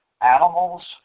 animals